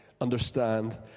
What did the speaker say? understand